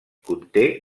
conté